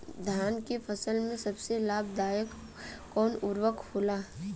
धान के फसल में सबसे लाभ दायक कवन उर्वरक होला?